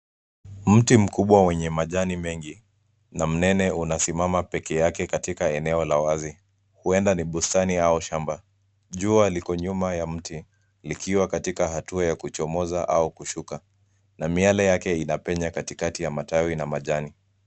Mti mkubwa mwenye majani mengi, na mnene unasimama peke yake katika eneo la wazi. Huenda ni bustani au shamba. Jua liko nyuma ya mti, likiwa katika hatua ya kuchomoza au kushuka, na miale yake inapenya katikati ya matawi.